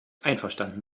einverstanden